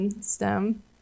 stem